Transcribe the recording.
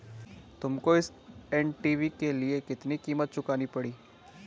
तुमको इस नए टी.वी के लिए कितनी कीमत चुकानी पड़ी?